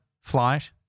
flight